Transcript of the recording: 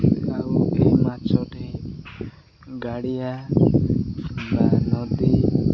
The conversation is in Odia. ଆଉ ଏହି ମାଛଟି ଗାଡ଼ିଆ ବା ନଦୀ